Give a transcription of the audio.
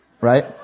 Right